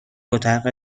اتاق